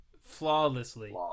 flawlessly